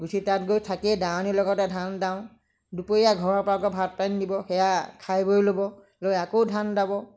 গুচি তাত গৈ থাকি দাৱনীৰ লগতে ধান দাওঁ দুপৰীয়া ঘৰৰ পৰা আকৌ ভাত পানী দিব সেয়া খাই বই ল'ব লৈ আকৌ ধান দাব